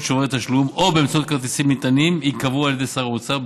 שוברי תשלום או באמצעות כרטיסים נטענים ייקבעו על ידי שר האוצר,